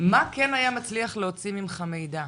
מה כן היה מצליח להוציא ממך מידע?